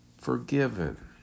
forgiven